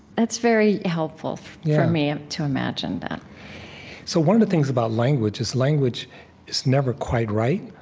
that's very helpful for me, to imagine that so one of the things about language is, language is never quite right,